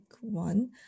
one